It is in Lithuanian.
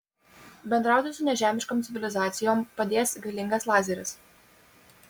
bendrauti su nežemiškom civilizacijom padės galingas lazeris